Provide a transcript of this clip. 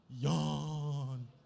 yawn